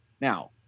Now